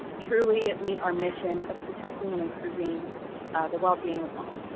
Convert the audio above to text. truly meet our mission of protecting and improving the well being of all.